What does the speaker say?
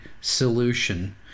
solution